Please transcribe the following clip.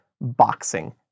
boxing